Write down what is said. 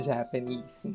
Japanese